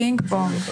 פינג פונג.